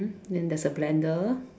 then there's a blender